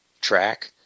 track